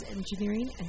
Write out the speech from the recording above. Engineering